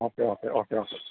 okay okay okay okay